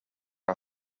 are